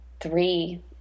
three